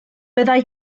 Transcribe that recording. byddai